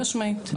חד משמעית.